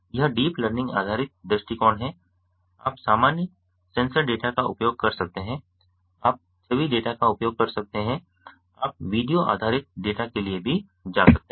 यह deep learning आधारित दृष्टिकोण है आप सामान्य सेंसर डेटा का उपयोग कर सकते हैं आप छवि डेटा का उपयोग कर सकते हैं आप वीडियो आधारित डेटा के लिए भी जा सकते हैं